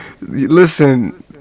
Listen